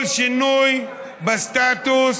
כל שינוי בסטטוס